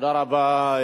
תודה רבה.